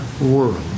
world